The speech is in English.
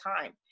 time